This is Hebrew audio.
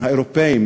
האיחוד האירופי,